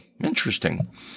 Interesting